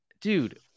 Dude